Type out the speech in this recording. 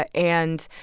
ah and,